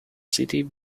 city